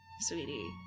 sweetie